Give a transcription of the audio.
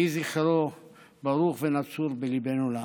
יהי זכרו ברוך ונצור בליבנו לעד.